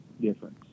difference